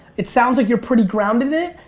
it sounds like you're pretty grounded in it.